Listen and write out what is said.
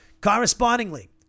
Correspondingly